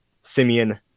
Simeon